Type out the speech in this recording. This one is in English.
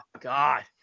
God